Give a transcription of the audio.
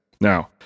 Now